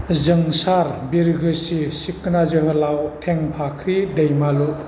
जोंसार बिरगोश्री सिखोना जोहोलाव थेंफाख्रि दैमालु